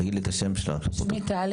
שמי טלי